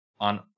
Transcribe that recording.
on